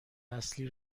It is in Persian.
اصلی